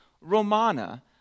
Romana